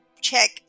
check